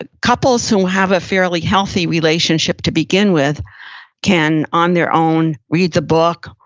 ah couples who have a fairly healthy relationship to begin with can on their own read the book,